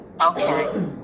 Okay